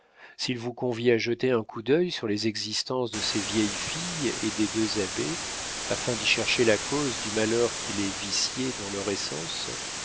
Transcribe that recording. s'il vous convie à jeter un coup d'œil sur les existences de ces vieilles filles et des deux abbés afin d'y chercher la cause du malheur qui les viciait dans leur essence